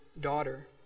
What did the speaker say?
daughter